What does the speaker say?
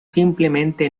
simplemente